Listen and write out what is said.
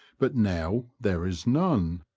but now there is none.